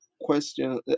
question